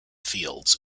fields